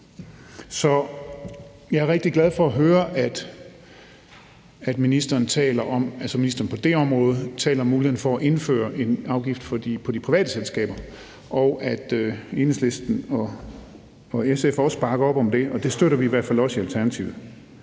Så jeg er rigtig glad for at høre, at ministeren på det område taler om muligheden for at indføre en afgift på de private selskaber, og at Enhedslisten og SF også bakker op om det, og det støtter vi i hvert fald også i Alternativet,